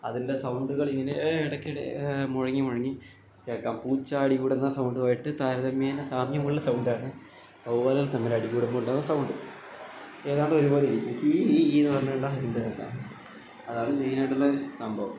അതിൻ്റെ സൗണ്ടുകളിങ്ങനെ ഇടയ്ക്കിടെ മുഴങ്ങി മുഴങ്ങി കേൾക്കാം പൂച്ച അടി കൂടുന്ന സൗണ്ടുവായിട്ട് താരതമ്യേന സാമ്യമുള്ള സൗണ്ടാണ് വവ്വാലുകൾ തമ്മിൽ അടി കൂടുമ്പോൾ ഉണ്ടാകുന്ന സൗണ്ട് ഏതാണ്ട് ഒരുപോലെ ഇരിക്കും കീ കീന്ന് പറഞ്ഞുള്ള സൗണ്ട് കേൾക്കാം അതാണ് മെയിനായിട്ടുള്ള സംഭവം